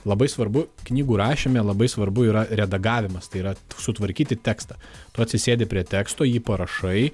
labai svarbu knygų rašyme labai svarbu yra redagavimas tai yra sutvarkyti tekstą tu atsisėdi prie teksto jį parašai